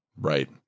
Right